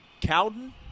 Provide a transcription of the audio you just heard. Cowden